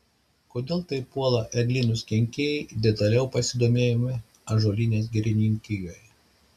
kodėl taip puola eglynus kenkėjai detaliau pasidomėjome ąžuolynės girininkijoje